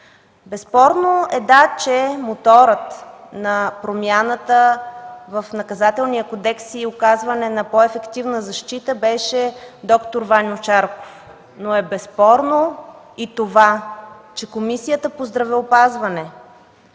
Безспорно да, моторът на промяната в Наказателния кодекс и оказване на по-ефективна защита беше доктор Ваньо Шарков. Но е безспорно и това, че Комисията по здравеопазването